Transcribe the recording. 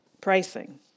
pricing